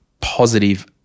positive